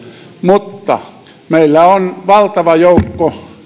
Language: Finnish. mutta meillä on valtava joukko